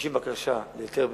כשמגישים בקשה להיתר בנייה,